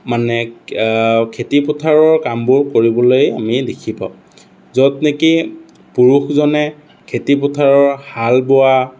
মানে খেতিপথাৰৰ কামবোৰ কৰিবলৈ আমি দেখি পাওঁ য'ত নেকি পুৰুষজনে খেতিপথাৰৰ হাল বোৱা